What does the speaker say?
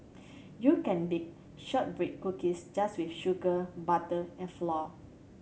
you can bake shortbread cookies just with sugar butter and flour